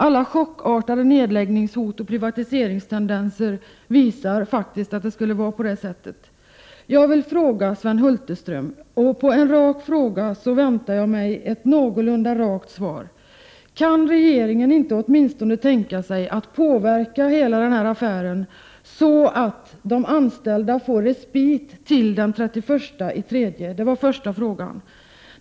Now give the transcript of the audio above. Alla chockartade nedläggningshot och privatiseringstendenser tyder faktiskt på att det skulle vara på det sättet. Jag skall ställa ett par raka frågor till Sven Hulterström, och på sådana frågor väntar jag mig någorlunda raka svar. Kan regeringen åtminstone inte tänka sig att påverka hela affären så att de anställda får respit till den 31 mars? Det var min första fråga.